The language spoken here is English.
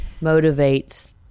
motivates